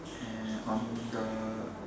and on the